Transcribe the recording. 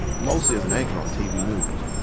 mostly as an anchor on tv news.